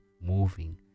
moving